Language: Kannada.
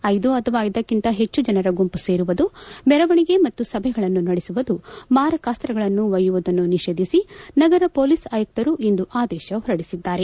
ಐದು ಅಥವಾ ಅದಕ್ಕಿಂತ ಹೆಚ್ಚು ಜನರ ಗುಂಪು ಸೇರುವುದು ಮೆರವಣಿಗೆ ಮತ್ತು ಸಭೆಗಳನ್ನು ನಡೆಸುವುದು ಮಾರಕಾಸ್ತ್ರಗಳನ್ನು ಒಯ್ಯುವುದನ್ನು ನಿಷೇಧಿಸಿ ನಗರ ಮೊಲೀಸ್ ಆಯುಕ್ತರು ಇಂದು ಆದೇಶ ಹೊರಡಿಸಿದ್ದಾರೆ